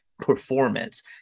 performance